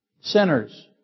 Sinners